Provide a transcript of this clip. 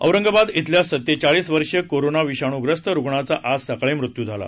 औरंगाबाद इथल्या सत्तेचाळीस वर्षीय कोरोना विषाणूयस्त रुग्णाचा आज सकाळी मृत्यू झाला